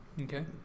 Okay